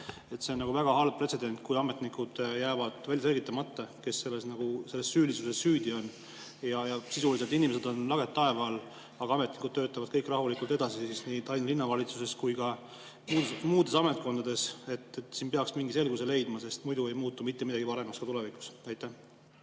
See on väga halb pretsedent, kui jäävad välja selgitamata ametnikud, kes selles süüdi on. Sisuliselt on inimesed lageda taeva all, aga ametnikud töötavad kõik rahulikult edasi nii Tallinna Linnavalitsuses kui ka muudes ametkondades. Siin peaks mingi selguse leidma, sest muidu ei muutu mitte midagi paremaks ka tulevikus. Aitäh,